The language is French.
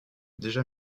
déjà